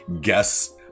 guess